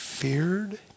feared